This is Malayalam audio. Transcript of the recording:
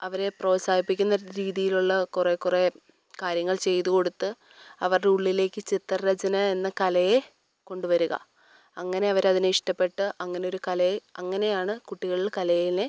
അവരെ പ്രോത്സാഹിപ്പിക്കുന്ന രീതീലുള്ള കുറേ കുറേ കാര്യങ്ങൾ ചെയ്തു കൊടുത്ത് അവരുടെ ഉള്ളിലേക്ക് ചിത്രരചന എന്ന കലയെ കൊണ്ടുവരുക അങ്ങനെ അവരതിനെ ഇഷ്ടപ്പെട്ട് അങ്ങനെയൊരു കലയെ അങ്ങനെയാണ് കുട്ടികളിൽ കലയിലെ